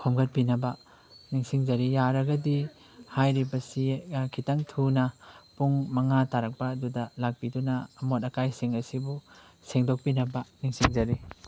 ꯈꯣꯝꯒꯠꯄꯤꯅꯕ ꯅꯤꯡꯁꯤꯡꯖꯔꯤ ꯌꯥꯔꯒꯗꯤ ꯍꯥꯏꯔꯤꯕ ꯈꯤꯇꯪ ꯊꯨꯅ ꯄꯨꯡ ꯃꯉꯥ ꯇꯥꯔꯛꯄ ꯑꯗꯨꯗ ꯂꯥꯛꯄꯤꯗꯨꯅ ꯑꯃꯣꯠ ꯑꯀꯥꯏꯁꯤꯡ ꯑꯁꯤꯕꯨ ꯁꯦꯡꯗꯣꯛꯄꯤꯅꯕ ꯅꯤꯡꯁꯤꯡꯖꯔꯤ